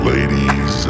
Ladies